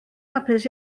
hapus